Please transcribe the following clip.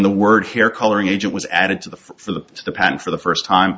the word hair coloring agent was added to the for the patent for the first time